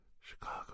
Chicago